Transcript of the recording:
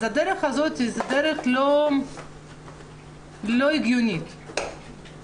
הדרך הזאת היא דרך לא הגיונית בעיניי,